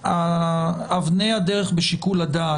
אבני הדרך בשיקול הדעת,